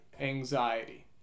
anxiety